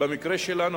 במקרה שלנו,